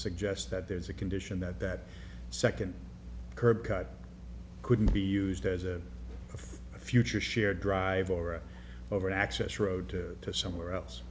suggest that there's a condition that that second curb cut couldn't be used as a a for a future shared drive or over access road to somewhere else